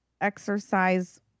exercise